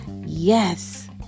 Yes